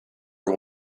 own